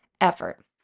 effort